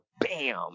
Bam